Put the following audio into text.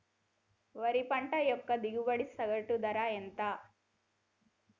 వరి పంట యొక్క దిగుబడి సగటు ధర ఎంత?